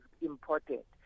important